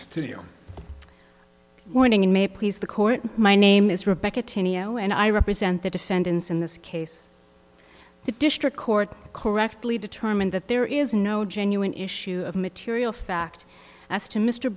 court my name is rebecca to neo and i represent the defendants in this case the district court correctly determined that there is no genuine issue of material fact as to mr